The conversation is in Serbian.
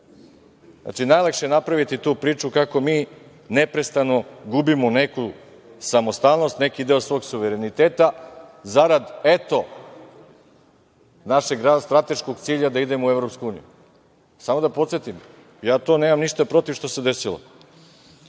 Srbije. Znači, najlakše je napraviti tu priču kako mi neprestano gubimo neku samostalnost, neko deo svog suvereniteta zarad, eto našeg strateškog cilja da idemo u EU. Samo da podsetim, ja tu nemam ništa protiv što se desilo. Neka